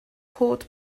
cod